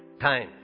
time